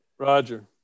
Roger